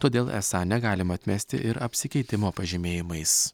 todėl esą negalima atmesti ir apsikeitimo pažymėjimais